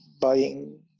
buying